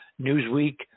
Newsweek